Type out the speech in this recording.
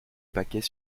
paquet